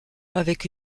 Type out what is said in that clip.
avec